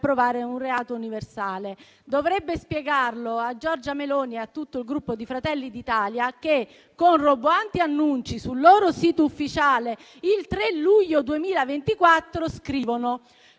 un reato universale. Dovrebbe spiegarlo a Giorgia Meloni e a tutto il Gruppo Fratelli d'Italia che, con roboanti annunci sul loro sito ufficiale, il 3 luglio 2024, scrivono: